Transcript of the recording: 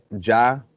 Ja